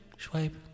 Swipe